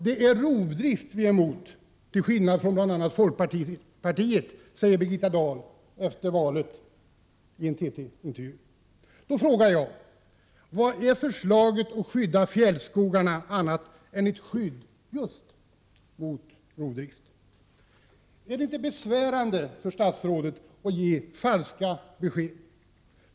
Vi är emot rovdrift till skillnad från bl.a. folkpartiet, sade Birgitta Dahl efter valet i en TT-intervju. Då frågar jag vad förslaget att skydda fjällskogarna är, annat än ett skydd mot just rovdrift. Är det inte besvärande för statsrådet att ge falska besked?